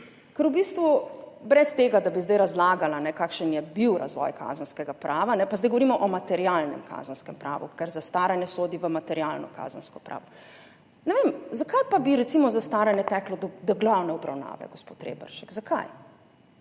Ker v bistvu brez tega, da bi zdaj razlagala, kakšen je bil razvoj kazenskega prava – pa zdaj govorimo o materialnem kazenskem pravu, ker zastaranje sodi v materialno kazensko pravo – ne vem, zakaj pa bi recimo zastaranje teklo do glavne obravnave, gospod Reberšek. Zakaj?